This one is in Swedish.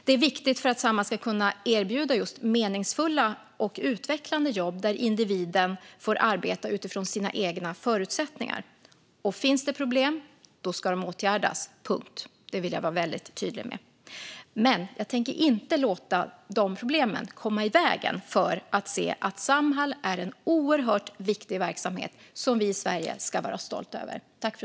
Det är viktigt för att Samhall ska kunna erbjuda just meningsfulla och utvecklande jobb där individen får arbeta utifrån sina egna förutsättningar. Finns det problem ska de åtgärdas. Det vill jag vara väldigt tydlig med. Men jag tänker inte låta problemen stå i vägen för att se att Samhall är en oerhört viktig verksamhet som vi i Sverige ska vara stolta över.